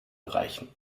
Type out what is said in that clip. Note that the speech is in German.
erreichen